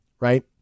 Right